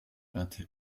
vingt